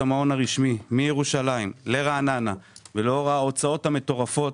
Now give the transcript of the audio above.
המעון הרשמי מירושלים לרעננה ולאור ההוצאות המטורפות,